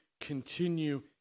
continue